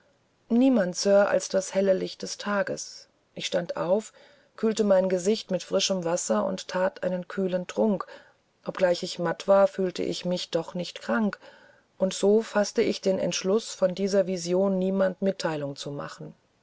niemand sir als das helle licht des tages ich stand auf kühlte mein gesicht mit frischem wasser und that einen kühlen trunk obgleich ich matt war fühlte ich mich doch nicht krank und so faßte ich den entschluß von dieser vision niemand mitteilung zu machen